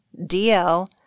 DL